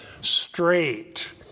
straight